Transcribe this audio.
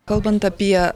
kalbant apie